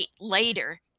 later